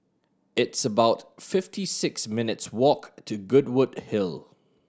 it's about fifty six minutes' walk to Goodwood Hill